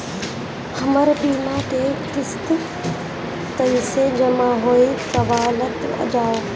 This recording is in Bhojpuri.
हमर बीमा के किस्त कइसे जमा होई बतावल जाओ?